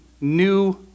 new